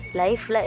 life